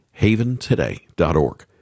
haventoday.org